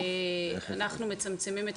אנחנו מצמצמים את